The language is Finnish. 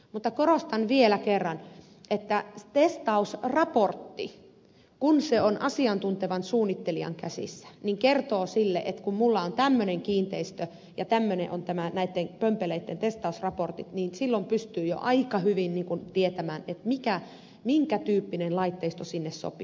mutta korostan vielä kerran että testausraportti kun se on asiantuntevan suunnittelijan käsissä kertoo että kun minulla on tämmöinen kiinteistö ja tämmöiset ovat näitten pömpeleitten testausraportit niin silloin pystyy jo aika hyvin tietämään minkä tyyppinen laitteisto sinne sopii